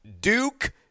Duke